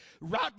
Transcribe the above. Right